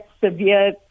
severe